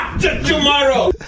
tomorrow